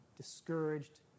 discouraged